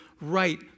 right